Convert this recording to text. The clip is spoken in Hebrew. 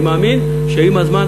אני מאמין שעם הזמן,